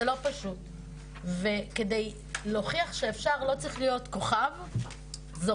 זה לא פשוט וכדי להוכיח שאפשר לא צריך להיות כוכב זורח,